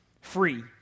free